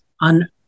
on